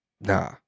nah